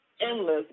endless